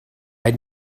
had